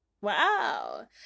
Wow